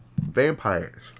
vampires